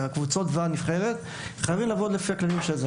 בקבוצות ובנבחרת היא חייבת לעבוד לפי הכללים של זה.